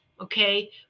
Okay